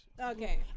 okay